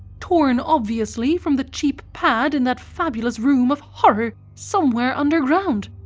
torn obviously from the cheap pad in that fabulous room of horror somewhere underground,